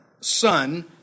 son